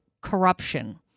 corruption